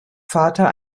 vater